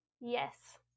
yes